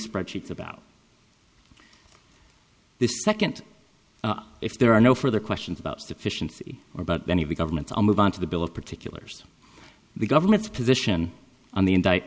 spreadsheets about this second if there are no further questions about sufficiency or about any of the government's i'll move on to the bill of particulars the government's position on the indict